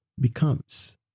becomes